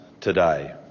today